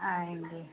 आएँगे